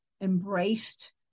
embraced